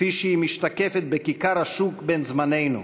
כפי שהיא משתקפת בכיכר השוק בן-זמננו,